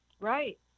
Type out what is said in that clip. Right